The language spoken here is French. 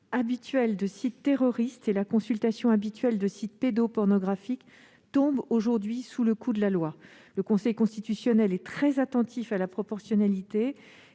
habituelle de sites terroristes et de sites pédopornographiques tombe aujourd'hui sous le coup de la loi. Le Conseil constitutionnel est très attentif à la proportionnalité